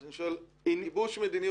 אז אני שואל על גיבוש מדיניות,